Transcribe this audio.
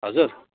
हजुर